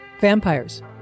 Vampires